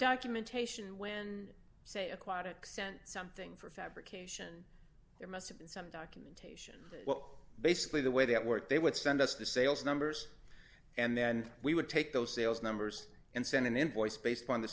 documentation when say aquatics sent something for fabrication there must have been some documentation that well basically the way that worked they would send us the sales numbers and then we would take those sales numbers and send an invoice based upon the